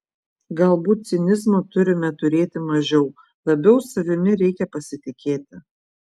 galbūt cinizmo turime turėti mažiau labiau savimi reikia pasitikėti